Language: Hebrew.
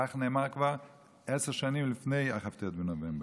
כך נאמר כבר עשר שנים לפני כ"ט בנובמבר.